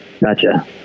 Gotcha